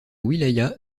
wilaya